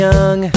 Young